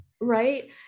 Right